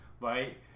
right